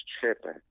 tripping